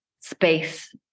space